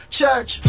church